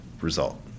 result